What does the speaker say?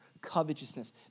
covetousness